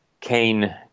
Cain